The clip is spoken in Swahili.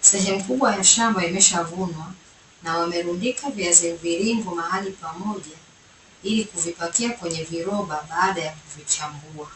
Sehemu kubwa ya shamba imeshavunwa na wamerundika viazi mviringo mahali pamoja ili kuvipakia kwenye viroba baada ya kuvichambua.